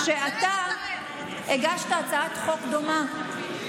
שאתה הגשת הצעת חוק דומה.